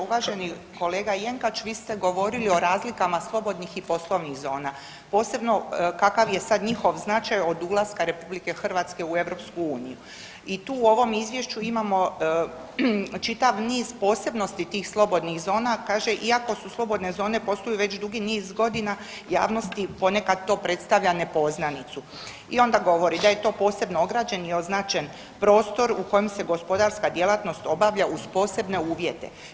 Uvaženi kolega Jenkač, vi ste govorili o razlikama slobodnih i poslovnih zona, posebno kakav je njihov značaj od ulaska RH u EU i tu u ovom izvješću imamo čitav niz posebnosti tih slobodnih zona kaže iako su slobodne zone posluju već dugi niz godina javnosti to ponekad predstavlja nepoznanicu i onda govori da je to posebno ograđen i označen prostor u kojem se gospodarska djelatnost obavlja uz posebne uvjete.